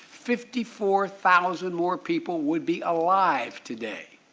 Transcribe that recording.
fifty four thousand more people would be alive today!